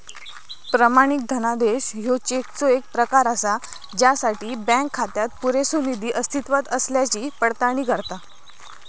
प्रमाणित धनादेश ह्यो चेकचो येक प्रकार असा ज्यासाठी बँक खात्यात पुरेसो निधी अस्तित्वात असल्याची पडताळणी करता